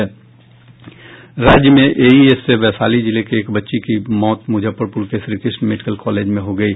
राज्य में एईएस से वैशाली जिले के एक बच्ची की मौत मुजफ्फरपुर के श्रीकृष्ण मेडिकल कॉलेज में हो गयी